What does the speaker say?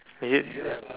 is it